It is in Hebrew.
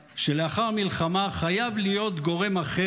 שלאחר המלחמה חייב להיות גורם אחר